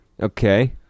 Okay